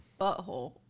butthole